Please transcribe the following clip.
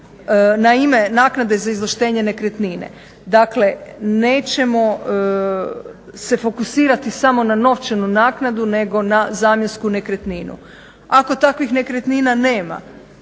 na ime naknade za izvlaštenje nekretnine. Dakle, nećemo se fokusirati samo na novčanu naknadu nego na zamjensku nekretninu. Ako takvih nekretnina nema,